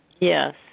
Yes